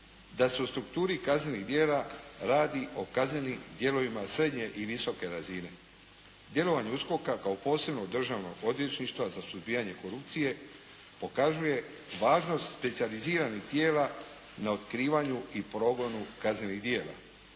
Da se u strukturi kaznenih djela radi o kaznenim dijelovima srednje i visoke razine. Djelovanje USKOK-a kao posebnog Državnog odvjetništva za suzbijanje korupcije pokazuje važnost specijaliziranih tijela na otkrivanju i progonu kaznenih djela.